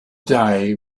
day